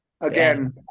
Again